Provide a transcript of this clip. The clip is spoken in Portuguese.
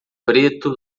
preto